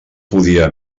podia